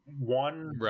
one